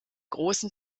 großen